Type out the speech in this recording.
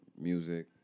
Music